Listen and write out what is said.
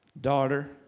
daughter